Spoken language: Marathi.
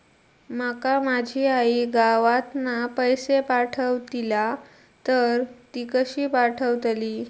माका माझी आई गावातना पैसे पाठवतीला तर ती कशी पाठवतली?